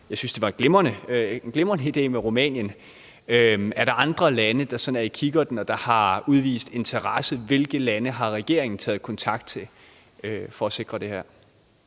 Jeg synes, det var en glimrende idé med Rumænien. Er der andre lande, der sådan er i kikkerten, og som har udvist interesse? Hvilke lande har regeringen taget kontakt til for at sikre det her?